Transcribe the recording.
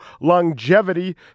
Longevity